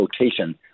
rotation